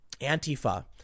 Antifa